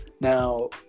now